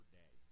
day